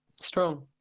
strong